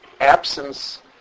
absence